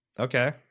Okay